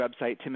website